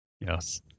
Yes